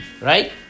Right